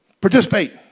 participate